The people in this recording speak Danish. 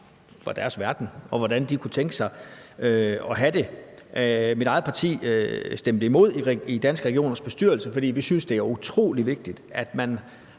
fra deres verden, og hvordan de kunne tænke sig at have det. Mit eget parti stemte imod i Danske Regioners bestyrelse, fordi vi synes, det er utrolig vigtigt, at man